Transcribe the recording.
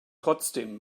trotzdem